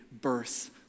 birth